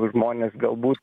žmonės galbūt